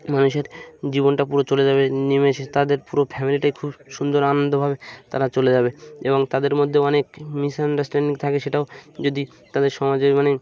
মানুষের জীবনটা পুরো চলে যাবে নেমেসে তাদের পুরো ফ্যামিলিটাই খুব সুন্দর আনন্দভাবে তারা চলে যাবে এবং তাদের মধ্যে অনেক মিসআন্ডারস্ট্যান্ডিং থাকে সেটাও যদি তাদের সমাজে মানেক